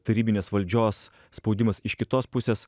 tarybinės valdžios spaudimas iš kitos pusės